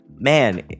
man